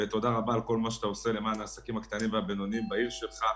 ותודה רבה על כל מה שאתה עושה למען העסקים הקטנים והבינוניים בעיר שלך.